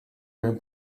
mewn